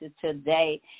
today